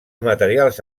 materials